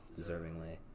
deservingly